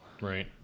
Right